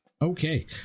Okay